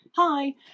Hi